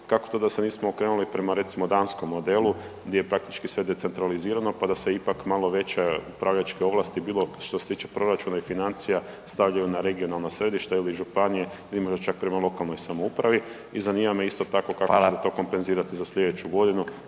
kako to da se nismo okrenuli prema recimo danskom modelu gdje je praktički sve decentralizirano, pa da se ipak malo veće upravljačke ovlasti bilo što se tiče proračuna i financija stavljaju na regionalna središta ili županije …/Govornik se ne razumije/…čak prema lokalnoj samoupravi? I zanima me isto tako …/Upadica: Fala/…kako ćete to kompenzirati za slijedeću godinu